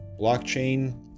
blockchain